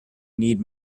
need